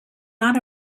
not